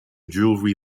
jewellery